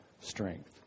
strength